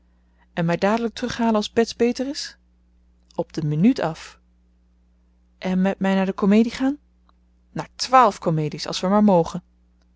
en mij dadelijk terug halen als bets beter is op de minuut af en met mij naar de comedie gaan naar twaalf comedies als we maar mogen